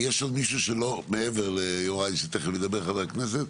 יש עוד מישהו, מעבר ליוראי, שתכף ידבר, חבר הכנסת.